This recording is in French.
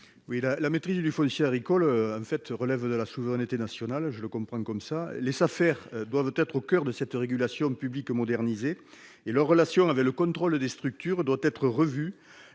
La maîtrise du foncier agricole relève de la souveraineté nationale. Les Safer doivent être au coeur de cette régulation publique modernisée. Leur relation avec le contrôle des structures doit être revue,